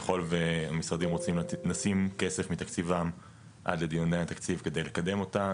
ככל והמשרדים רוצים לשים כסף מתקציבם עד לדיוני התקציב כדי לקדם אותה,